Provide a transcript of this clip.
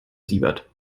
siebert